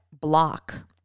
block